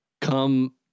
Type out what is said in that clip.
come